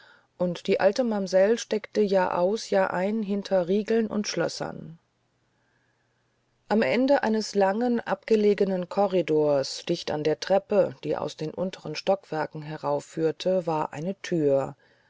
und die alte mamsell steckte jahraus jahrein hinter riegeln und schlössern am ende eines langen abgelegenen korridors dicht an der treppe die aus den unteren stockwerken herauf führte war eine thür